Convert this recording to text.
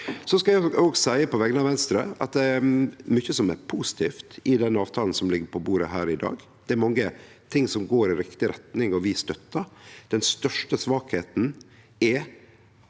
Eg skal òg seie, på vegner av Venstre, at det er mykje som er positivt i den avtalen som ligg på bordet her i dag. Det er mange ting som går i riktig retning, og som vi støttar. Den største svakheita er